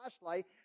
flashlight